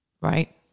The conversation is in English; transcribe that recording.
right